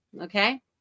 Okay